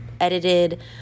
edited